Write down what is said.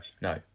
no